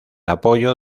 apoyo